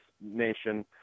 Nation